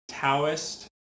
Taoist